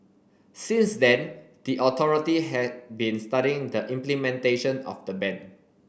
since then the authority had been studying the implementation of the ban